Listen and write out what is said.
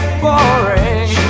boring